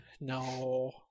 No